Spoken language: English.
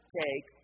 take